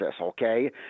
okay